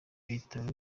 bitaro